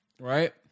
right